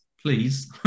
Please